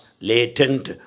latent